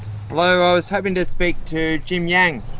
hello, i was hoping to speak to jim yang.